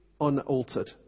unaltered